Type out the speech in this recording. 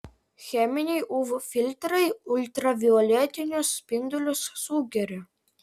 cheminiai uv filtrai ultravioletinius spindulius sugeria